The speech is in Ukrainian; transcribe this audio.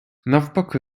навпаки